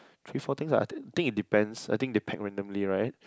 three four things ah I I think it depends I think they pack randomly right